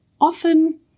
often